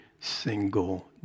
single